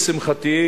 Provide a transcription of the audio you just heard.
לשמחתי,